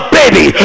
baby